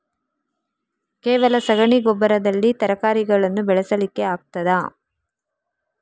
ಕೇವಲ ಸಗಣಿ ಗೊಬ್ಬರದಲ್ಲಿ ತರಕಾರಿಗಳನ್ನು ಬೆಳೆಸಲಿಕ್ಕೆ ಆಗ್ತದಾ?